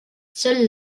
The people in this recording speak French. seule